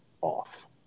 off